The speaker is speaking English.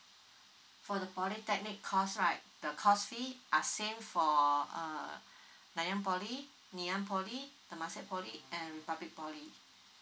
for the polytechnic course right the cost fee are same for uh nanyang poly ngee ann poly temasek poly and republic poly